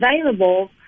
available